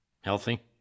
healthy